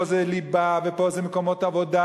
פה זה ליבה, ופה זה מקומות עבודה.